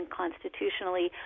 constitutionally